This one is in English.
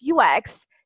UX